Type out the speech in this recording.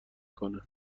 کنه